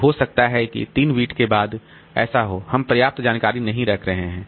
तो हो सकता है कि 3 बिट के बाद ऐसा हो हम पर्याप्त जानकारी नहीं रख रहे हैं